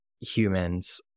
humans